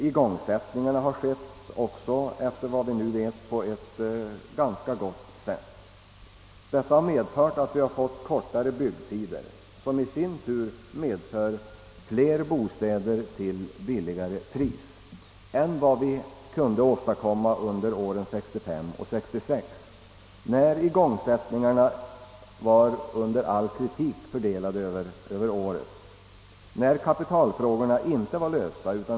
Igångsättningarna har skett, såvitt vi nu vet, på ett ganska gott sätt. Detta har medfört att vi har fått kortare byggtider som i sin tur betyder flera bostäder till billigare pris än vi kunde åstadkomma under åren 1965 och 1966. Då var igångsättningarna fördelade under all kritik över året, då var kapitalfrågorna inte lösta.